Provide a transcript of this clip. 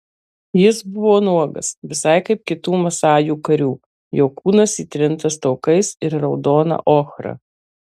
jis buvo nuogas visai kaip kitų masajų karių jo kūnas įtrintas taukais ir raudona ochra